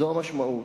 זאת המשמעות.